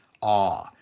awe